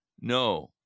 No